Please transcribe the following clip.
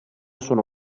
sono